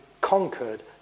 conquered